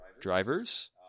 drivers